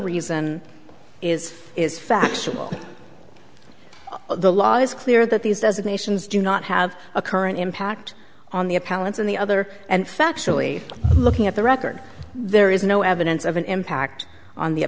reason is is factual the law is clear that these designations do not have a current impact on the appellant's on the other and factually looking at the record there is no evidence of an impact on the